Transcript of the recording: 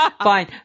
fine